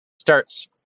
starts